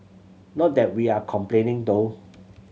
not that we are complaining though